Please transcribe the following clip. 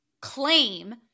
claim